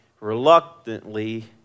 reluctantly